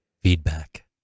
feedback